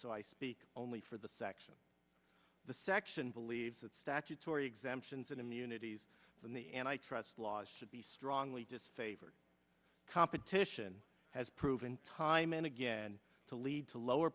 so i speak only for the section the section believes that statutory exemptions and in the unities from the antitrust laws should be strongly disfavored competition has proven time and again to lead to lower